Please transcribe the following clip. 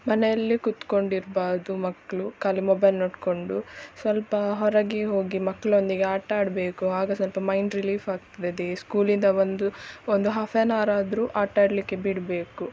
ಮನೆಯಲ್ಲೇ ಕೂತ್ಕೊಂಡು ಇರ್ಬಾರ್ದು ಮಕ್ಕಳು ಖಾಲಿ ಮೊಬೈಲ್ ನೋಡ್ಕೊಂಡು ಸ್ವಲ್ಪ ಹೊರಗೆ ಹೋಗಿ ಮಕ್ಕಳೊಂದಿಗೆ ಆಟ ಆಡಬೇಕು ಆಗ ಸ್ವಲ್ಪ ಮೈಂಡ್ ರಿಲೀಫ್ ಆಗ್ತದೆ ಸ್ಕೂಲಿಂದ ಬಂದು ಒಂದು ಹಾಫ್ ಆನ್ ಆರ್ ಆದರೂ ಆಟಾಡಲಿಕ್ಕೆ ಬಿಡಬೇಕು